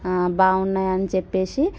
బాగున్నాయని చెప్పి